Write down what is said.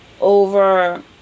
over